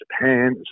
Japan